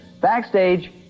backstage